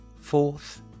Fourth